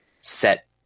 set